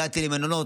הגעתי למלונות,